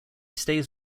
stays